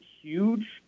huge